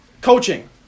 Coaching